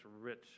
rich